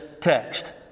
text